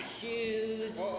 shoes